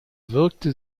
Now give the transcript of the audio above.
wirkte